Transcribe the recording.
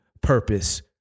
purpose